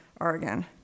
Oregon